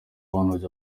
one